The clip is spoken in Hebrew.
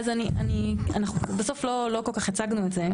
אז אני, בסוף לא כל כך הצגנו את זה.